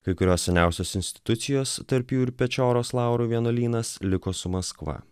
kai kurios seniausios institucijos tarp jų ir pečoros laurų vienuolynas liko su maskva